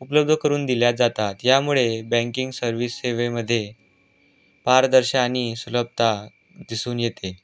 उपलब्ध करून दिल्या जातात यामुळे बँकिंग सर्व्हिस सेवेमध्ये पारदर्शक आणि सुलभता दिसून येते